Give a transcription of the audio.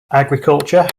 agriculture